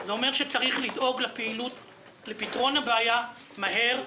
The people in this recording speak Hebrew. זה אומר שצריך לדאוג לפתרון הבעיה מהר.